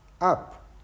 up